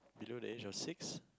below the age of six